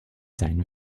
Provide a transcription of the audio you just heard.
seinen